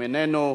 גם איננו,